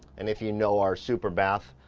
and if you know our super bath,